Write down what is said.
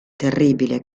terribile